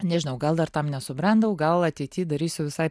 nežinau gal dar tam nesubrendau gal ateity darysiu visai